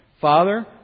Father